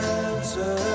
answer